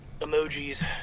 emojis